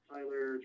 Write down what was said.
Tyler